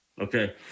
okay